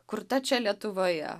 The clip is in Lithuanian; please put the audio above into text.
kurta čia lietuvoje